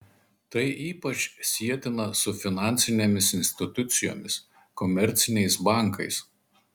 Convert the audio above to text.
tai ypač sietina su finansinėmis institucijomis komerciniais bankais